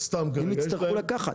אם יצטרכו לקחת.